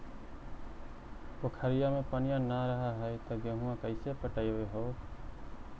पोखरिया मे पनिया न रह है तो गेहुमा कैसे पटअब हो?